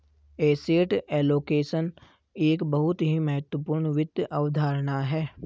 asset allocation एक बहुत ही महत्वपूर्ण वित्त अवधारणा है